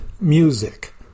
Music